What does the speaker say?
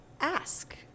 ask